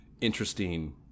interesting